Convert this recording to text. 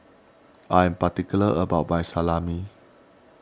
I am particular about my Salami